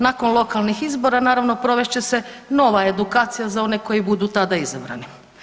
Nakon lokalnih izbora naravno provest će se nova edukacija za one koji budu tada izabrani.